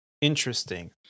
interesting